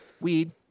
Weed